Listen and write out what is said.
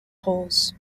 holes